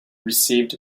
received